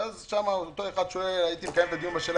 ואז שם שואל אותו אחד: הייתי מקיים את הדיון בשאלה